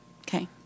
Okay